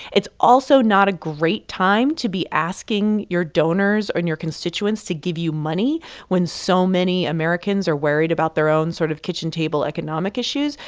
it's also not a great time to be asking your donors and your constituents to give you money when so many americans are worried about their own sort of kitchen table economic issues.